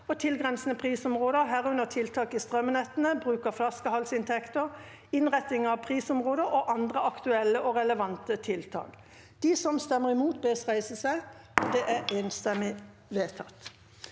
og tilgrensende prisområder, herunder tiltak i strømnettene, bruk av flaskehalsinntekter, innretning av prisområder og andre aktuelle og relevante tiltak. V o t e r i n g : Komiteens innstilling ble enstemmig vedtatt.